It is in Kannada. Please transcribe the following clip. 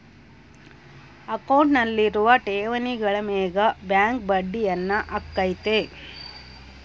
ಅಕೌಂಟ್ನಲ್ಲಿರುವ ಠೇವಣಿಗಳ ಮೇಗ ಬ್ಯಾಂಕ್ ಬಡ್ಡಿಯನ್ನ ಹಾಕ್ಕತೆ